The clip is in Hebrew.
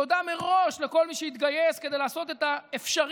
תודה מראש לכל מי שהתגייס כדי לעשות את האפשרי,